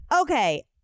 Okay